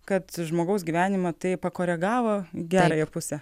kad žmogaus gyvenimą tai pakoregavo į gerąją pusę